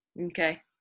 okay